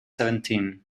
seventeen